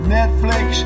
Netflix